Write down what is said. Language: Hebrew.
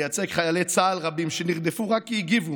לייצג חיילי צה"ל רבים שנרדפו רק כי הגיבו,